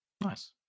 Nice